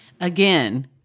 Again